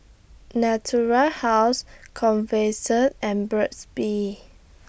Natura House and Burt's Bee